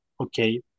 okay